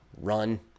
run